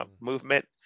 movement